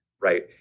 right